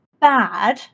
bad